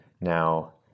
now